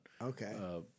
okay